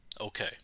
okay